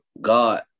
God